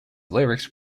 lyrics